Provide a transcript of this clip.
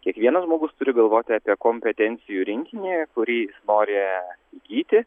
kiekvienas žmogus turi galvoti apie kompetencijų rinkinį kurį nori įgyti